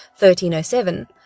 1307